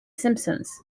simpsons